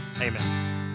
amen